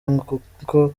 nkuko